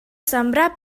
sembrar